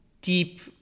deep